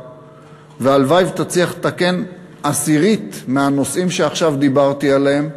והלוואי שתצליח לתקן עשירית מהנושאים שעכשיו דיברתי עליהם,